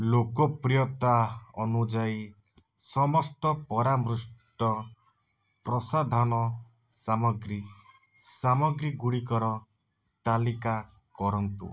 ଲୋକପ୍ରିୟତା ଅନୁଯାୟୀ ସମସ୍ତ ପରାମୃଷ୍ଟ ପ୍ରସାଧାନ ସାମଗ୍ରୀ ସାମଗ୍ରୀଗୁଡ଼ିକର ତାଲିକା କରନ୍ତୁ